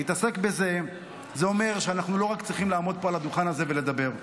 להתעסק בזה זה אומר שאנחנו לא צריכים רק לעמוד פה על הדוכן הזה ולדבר,